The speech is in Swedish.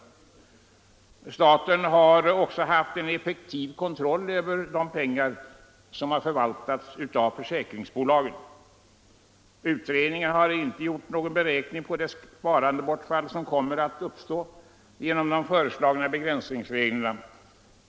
Staten har också haft en effektiv kontroll över de pengar som förvaltats av försäkringsbolagen. Utredningen har inte gjort någon beräkning av det sparandebortfall som kommer att uppstå genom de föreslagna begränsningsreglerna.